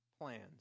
plans